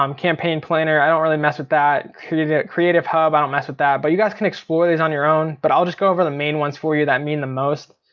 um campaign planner, i don't really mess with that, creative creative hub, i don't mess with that. but you guys can explore these on your own. but i'll just go over the main ones for you that mean the most.